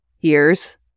years